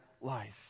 life